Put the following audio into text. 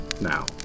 now